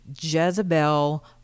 Jezebel